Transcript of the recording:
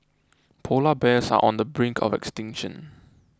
Polar Bears are on the brink of extinction